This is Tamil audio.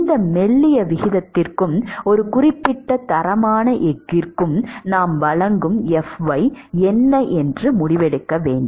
இந்த மெல்லிய விகிதத்திற்கும் ஒரு குறிப்பிட்ட தரமான எஃகுக்கும் நாம் fy செய்ய முடியும்